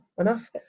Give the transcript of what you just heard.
enough